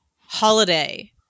holiday